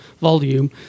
volume